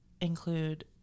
include